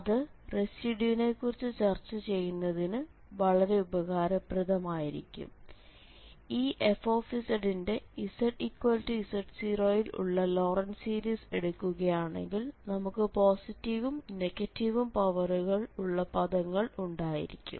അത് റെസിഡ്യൂനെക്കുറിച്ച് ചർച്ച ചെയ്യുന്നതിന് വളരെ ഉപകാരപ്രദമായിരിക്കും ഈ f ന്റെ zz0 ൽ ഉള്ള ലോറന്റ് സീരീസ് എടുക്കുകയാണെങ്കിൽ നമുക്ക് പോസിറ്റീവും നെഗറ്റീവും പവറുകൾ ഉള്ള പദങ്ങൾ ഉണ്ടായിരിക്കും